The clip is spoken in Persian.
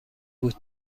بود